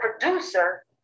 producer